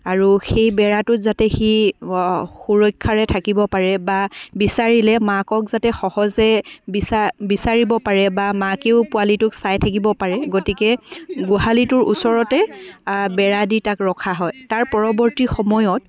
আৰু সেই বেৰাটোত যাতে সি সুৰক্ষাৰে থাকিব পাৰে বা বিচাৰিলে মাকক যাতে সহজে বিচা বিচাৰিব পাৰে বা মাকেও পোৱালিটোক চাই থাকিব পাৰে গতিকে গোহালিটোৰ ওচৰতে বেৰা দি ৰখা হয় তাৰ পৰৱৰ্তী সময়ত